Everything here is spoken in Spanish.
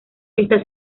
está